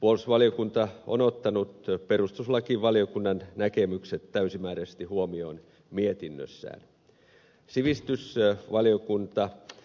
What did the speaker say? puolustusvaliokunta on ottanut perustuslakivaliokunnan näkemykset täysimääräisesti huomioon mietinnössään